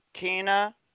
Tina